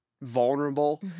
vulnerable